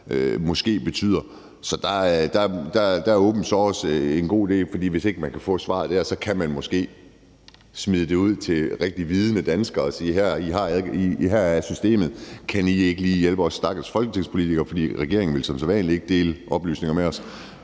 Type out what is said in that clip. måske betyder, så der er open source en god idé. For hvis man ikke kan få svaret dér, kan man måske smide det ud til rigtig vidende danskere og sige, at her er systemet, og kan I ikke lige hjælpe os stakkels folketingspolitikere, for regeringen vil som sædvanlig ikke dele oplysninger med os?